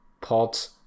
pods